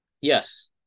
Yes